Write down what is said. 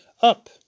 Up